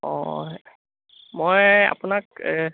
অঁ মই আপোনাক